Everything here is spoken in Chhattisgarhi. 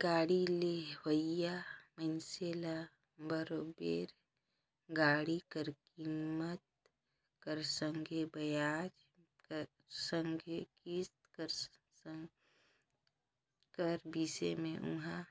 गाड़ी लेहोइया मइनसे ल बरोबेर गाड़ी कर कीमेत कर संघे बियाज कर संघे किस्त कर बिसे में उहां